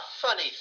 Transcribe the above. funny